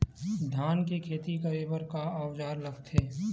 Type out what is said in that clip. धान के खेती करे बर का औजार लगथे?